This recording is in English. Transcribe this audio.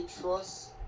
trust